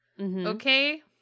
Okay